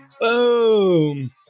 Boom